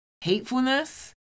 Hatefulness